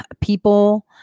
people